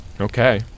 Okay